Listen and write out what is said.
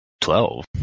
Twelve